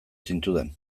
zintudan